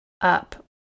up